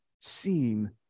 seen